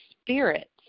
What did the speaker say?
spirits